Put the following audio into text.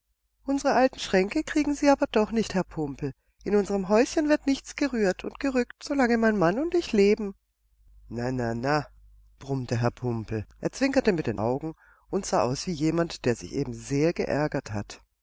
unsere alten schränke kriegen sie aber doch nicht herr pumpel in unserem häuschen wird nichts gerührt und gerückt solange mein mann und ich leben na na na brummte herr pumpel er zwinkerte mit den augen und sah aus wie jemand der sich eben sehr geärgert hat